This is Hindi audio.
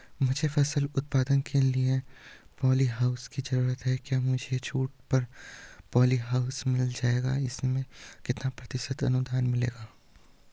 मुझे फसल उत्पादन के लिए प ॉलीहाउस की जरूरत है क्या मुझे छूट पर पॉलीहाउस मिल जाएगा इसमें कितने प्रतिशत अनुदान मिलेगा?